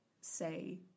say